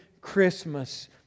Christmas